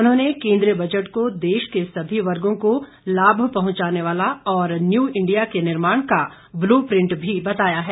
उन्होंने केंद्रीय बजट को देश के सभी वर्गो को लाभ पहुंचाने वाला और न्यू इंडिया के निर्माण का ब्लू प्रिंट भी बताया है